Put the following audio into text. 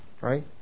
Right